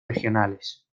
regionales